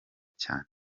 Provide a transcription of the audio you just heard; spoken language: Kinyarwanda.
cyane